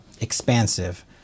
expansive